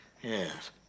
yes